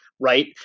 right